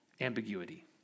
ambiguity